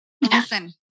Listen